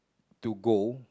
to go